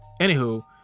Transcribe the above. anywho